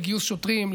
לגיוס שוטרים,